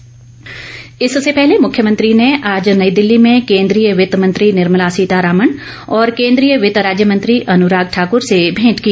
मुरव्यमंत्री इससे पहले मुख्यमंत्री ने आज नई दिल्ली में केन्द्रीय वित्त मंत्री निर्मला सीतारमण और केंद्रीय वित्त राज्य मंत्री अनुराग ठाकुर से भेंट की